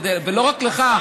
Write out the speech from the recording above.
ולא רק לך,